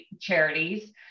charities